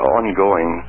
ongoing